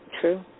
True